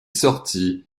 sorties